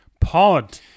pod